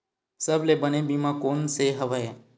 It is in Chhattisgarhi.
सबले बने बीमा कोन से हवय?